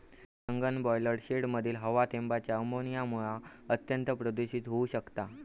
सघन ब्रॉयलर शेडमधली हवा थेंबांच्या अमोनियामुळा अत्यंत प्रदुषित होउ शकता